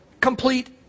complete